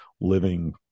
living